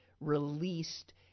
Released